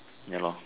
ya lor